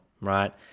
Right